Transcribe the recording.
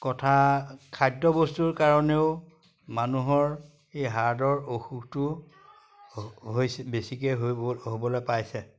কথা খাদ্যবস্তুৰ কাৰণেও মানুহৰ এই হাৰ্টৰ অসুখটো হৈছে বেছিকে হৈ হ'বলে পাইছে